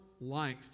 life